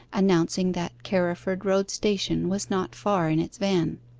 announcing that carriford road station was not far in its van.